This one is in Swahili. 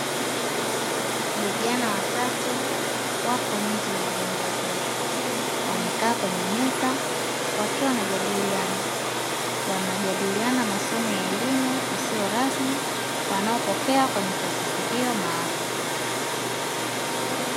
Vijana watatu wako nje ya jengo zuri, wamekaa kwenye meza wakiwa wanajadiliana. Wanajadiliana masomo ya elimu isiyokuwa rasmi, wanayopokea kwenye taasisi hiyo maalumu.